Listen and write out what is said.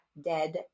dead